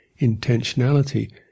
intentionality